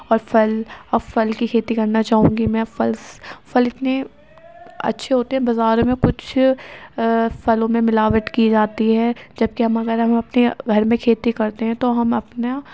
اور پھل اور پھل کی کھیتی کرنا چاہوں گی میں پھلس اتنے اچھے ہوتے ہیں بازار میں کچھ پھلوں میں ملاوٹ کی جاتی ہے جب کہ ہم اگر ہم اپنے گھر میں کھیتی کرتے ہیں تو ہم اپنا